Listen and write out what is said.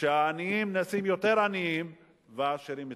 שהעניים נעשים יותר עניים והעשירים מתעשרים.